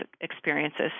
experiences